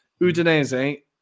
Udinese